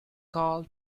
call